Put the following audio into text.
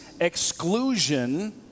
exclusion